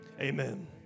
Amen